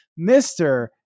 mr